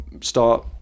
start